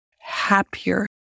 happier